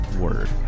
Word